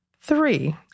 three